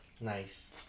Nice